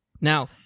Now-